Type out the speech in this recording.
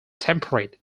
temperate